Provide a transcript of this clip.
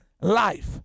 life